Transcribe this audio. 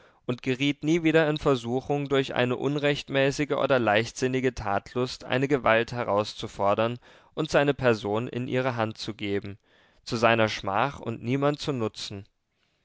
und geriet nie wieder in versuchung durch eine unrechtmäßige oder leichtsinnige tatlust eine gewalt herauszufordern und seine person in ihre hand zu geben zu seiner schmach und niemand zu nutzen